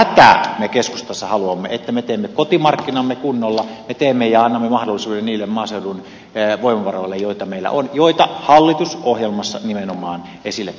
tätä me keskustassa haluamme että me teemme kotimarkkinamme kunnolla me teemme ja annamme mahdollisuuden niille maaseudun voimavaroille joita meillä on joita hallitusohjelmassa nimenomaan esille tuodaan